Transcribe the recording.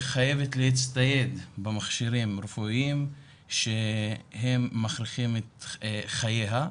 חייבת להצטייד במכשירים רפואיים שהם מאריכים את חייה.